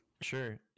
Sure